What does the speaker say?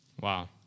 Wow